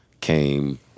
came